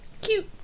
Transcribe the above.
Cute